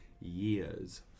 years